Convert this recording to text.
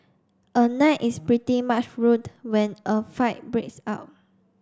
a night is pretty much ruined when a fight breaks out